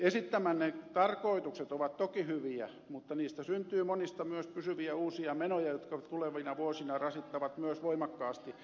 esittämänne tarkoitukset ovat toki hyviä mutta monista niistä syntyy myös pysyviä uusia menoja jotka tulevina vuosina rasittavat myös voimakkaasti